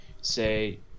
say